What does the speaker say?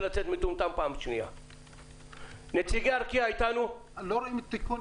יש לזה מגוון סיבות, לא אפרט את כולן.